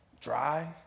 Dry